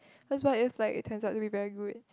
cause what if like it turns out to be very good